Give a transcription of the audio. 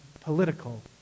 political